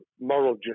moral